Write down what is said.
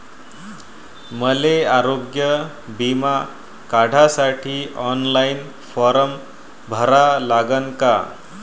मले आरोग्य बिमा काढासाठी ऑनलाईन फारम भरा लागन का?